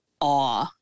awe